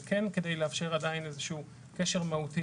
זה כן כדי לאפשר עדיין איזשהו קשר מהותי